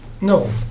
no